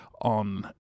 on